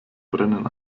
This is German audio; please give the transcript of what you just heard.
brennen